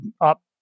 up